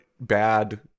bad